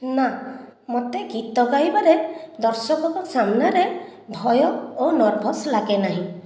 ନା ମୋତେ ଗୀତ ଗାଇବାରେ ଦର୍ଶକଙ୍କ ସାମ୍ନାରେ ଭୟ ଓ ନର୍ଭସ ଲାଗେନାହିଁ